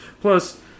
Plus